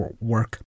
work